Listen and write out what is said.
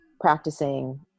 practicing